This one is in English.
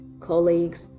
colleagues